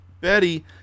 Betty